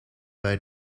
bij